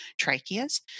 tracheas